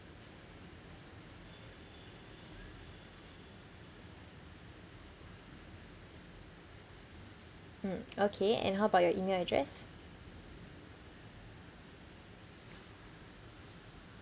mm okay and how about your email address